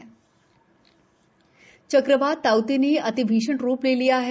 मौसम चक्रवात ताउते ने अति भीषण रूप ले लिया है